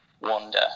wander